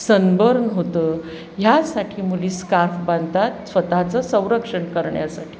sunburn होतं ह्यासाठी मुली स्काफ बांधतात स्वतःचं संरक्षण करण्यासाठी